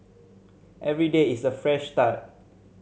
every day is a fresh start